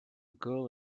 girl